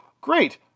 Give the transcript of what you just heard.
Great